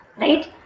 right